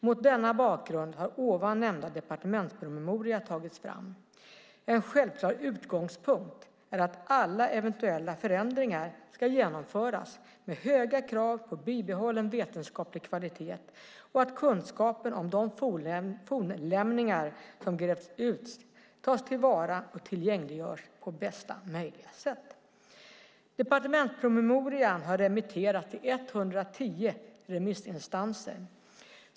Mot denna bakgrund har nämnda departementspromemoria tagits fram. En självklar utgångspunkt är att alla eventuella förändringar ska genomföras med höga krav på bibehållen vetenskaplig kvalitet och att kunskapen om de fornlämningar som grävts ut tas till vara och tillgängliggörs på bästa möjliga sätt. Departementspromemorian har remitterats till 110 remissinstanser.